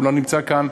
הוא לא נמצא כאן,